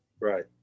Right